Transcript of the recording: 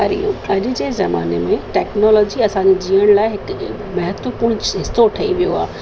हरि अॼु जे ज़माने में टेक्नोलॉजी असांजे जीअण लाइ हिकु महत्वपूर्ण हिसो ठही वियो आहे